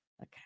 Okay